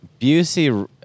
Busey